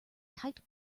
tight